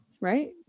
Right